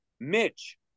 mitch